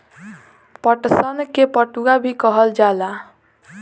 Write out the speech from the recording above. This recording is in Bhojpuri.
पटसन के पटुआ भी कहल जाला